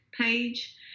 page